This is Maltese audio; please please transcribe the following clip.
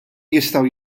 jistgħu